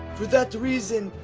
for that reason,